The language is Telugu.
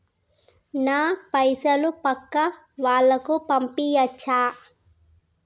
నా పైసలు పక్కా వాళ్ళకు పంపియాచ్చా?